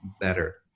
better